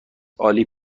عالی